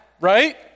right